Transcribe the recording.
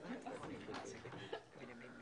בוקר טוב לכולם, היום יום שני,